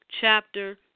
chapter